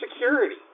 security